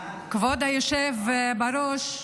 כבוד היושב בראש,